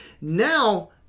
Now